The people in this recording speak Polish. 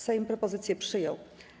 Sejm propozycję przyjął.